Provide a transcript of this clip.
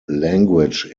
language